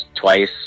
twice